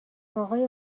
اقای